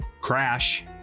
Crash